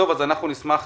אנחנו נשמח